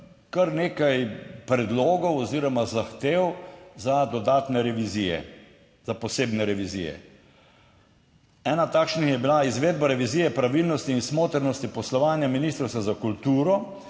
kar nekaj predlogov oziroma zahtev za dodatne revizije, za posebne revizije. Ena takšnih je bila izvedba revizije pravilnosti in smotrnosti poslovanja Ministrstva za kulturo